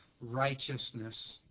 righteousness